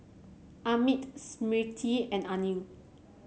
Amit Smriti and Anil